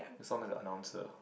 you sound like a announcer